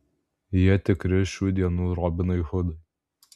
jie tikri šių dienų robinai hudai